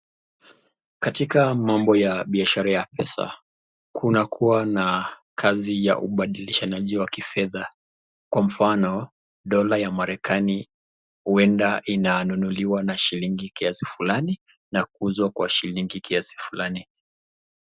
Katika mambo ya biashara ya pesa, kunakuwa na kazi ya ubadilishanaji wa kifedha, kwa mfano dola ya marekani huenda inanunuliwa na shilingi kiasi fulani na kuuzwa kwa shilingi kiasi fulani.